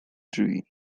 drzwi